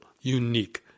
unique